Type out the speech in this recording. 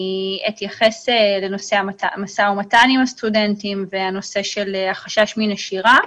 אתייחס לנושא המשא ומתן עם הסטודנטים ולחשש מנשירה.